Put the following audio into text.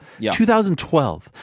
2012